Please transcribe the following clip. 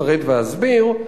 אפרט ואסביר,